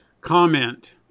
comment